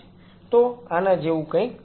તો આના જેવું કંઈક છે